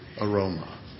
aroma